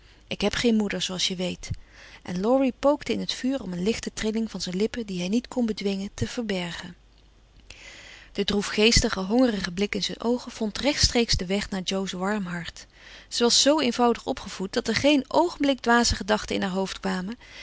ik heb geen moeder zooals je weet en laurie pookte in het vuur om een lichte trilling van zijn lippen die hij niet kon bedwingen te verbergen de droefgeestige hongerige blik in zijn oogen vond rechtstreeks den weg naar jo's warm hart ze was zoo eenvoudig opgevoed dat er geen oogenblik dwaze gedachten in haar hoofd kwamen